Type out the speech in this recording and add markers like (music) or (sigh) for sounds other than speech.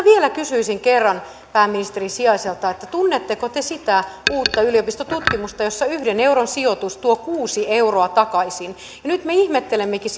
(unintelligible) vielä kerran pääministerin sijaiselta tunnetteko te sitä uutta yliopistotutkimusta jossa yhden euron sijoitus tuo kuusi euroa takaisin nyt me ihmettelemmekin (unintelligible)